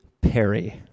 Perry